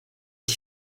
dix